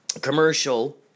commercial